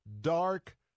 Dark